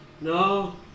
No